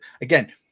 again